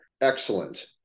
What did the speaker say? excellent